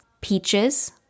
peaches